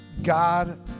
God